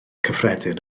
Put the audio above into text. cyffredin